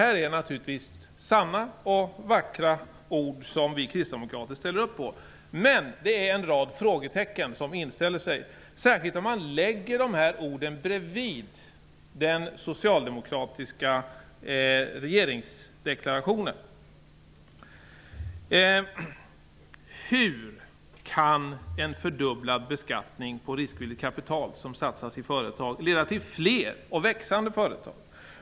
Detta är sanna och vackra ord som vi kristdemokrater ställer upp på, men en rad frågor infinner sig när man lägger de här orden brevid det socialdemokratiska valmanifestet: Hur kan en fördubblad beskattning på riskvilligt kapital som satsas i företag leda till fler och växande företag?